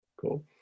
cool